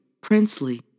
princely